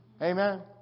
Amen